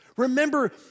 Remember